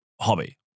hobby